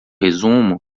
resumo